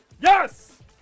Yes